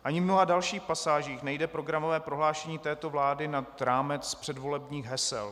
Ani v mnoha dalších pasážích nejde programové prohlášení této vlády nad rámec předvolebních hesel.